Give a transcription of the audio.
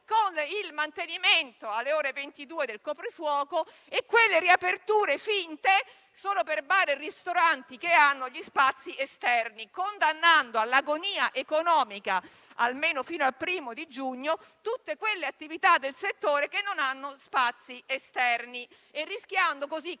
con il mantenimento alle ore 22 del coprifuoco e quelle riaperture finte, solo per bar e ristoranti che hanno spazi esterni. In tal modo si condannano all'agonia economica, almeno fino al 1o giugno, tutte quelle attività del settore che non hanno spazi esterni e si rischia di